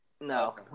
No